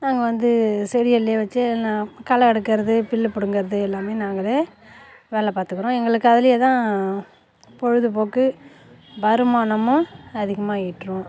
நாங்கள் வந்து செடிகள்லேயே வச்சு எல்லாம் களை எடுக்கிறது புல்லு பிடுங்கறது எல்லாமே நாங்கள் தான் வேலை பார்த்துக்குறோம் எங்களுக்கு அதுலேயே தான் பொழுதுபோக்கு வருமானமும் அதிகமாக ஈட்டுறோம்